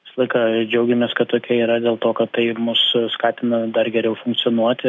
visą laiką džiaugiamės kad tokia yra dėl to kad tai mus skatina dar geriau funkcionuoti